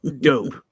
dope